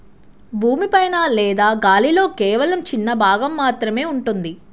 భూమి పైన లేదా గాలిలో కేవలం చిన్న భాగం మాత్రమే ఉంటుంది